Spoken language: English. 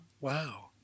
wow